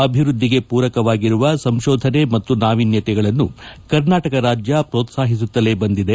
ಅಭಿವೃದ್ದಿಗೆ ಪೂರಕವಾಗಿರುವ ಸಂಶೋಧನೆ ಮತ್ತು ನಾವಿನ್ಣತೆಗಳನ್ನು ಕರ್ನಾಟಕ ರಾಜ್ಞ ಪ್ರೋತ್ಸಾಹಿಸುತ್ತಲೇ ಬಂದಿದೆ